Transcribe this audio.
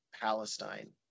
Palestine